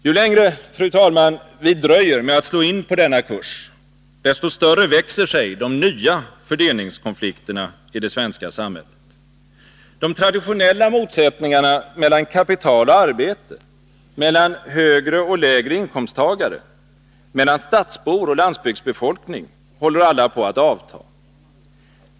Ju längre, fru talman, vi dröjer med att slå in på denna kurs, desto större växer sig de nya fördelningskonflikterna i det svenska samhället. De traditionella motsättningarna mellan kapital och arbete, mellan högre och lägre inkomsttagare, mellan stadsbor och landsbygdsbefolkning håller alla på att avta.